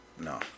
no